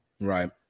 Right